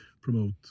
promote